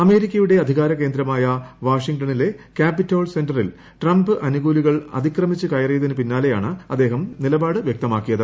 അമേരിക്കയുടെ അധികാര കേന്ദ്രമായ വാഷിംഗ്ടണിലെ ക്യാപിറ്റോൾ സെന്ററിൽ ട്രംപ് അനുകൂലികൾ അതിക്രമിച്ച് കയറിയതി ന് പിന്നാലെയാണ് അദ്ദേഹം നിലപാട് വ്യക്തമാക്കിയത്